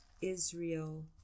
Israel